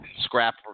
scrap